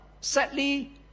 sadly